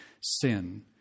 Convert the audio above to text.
sin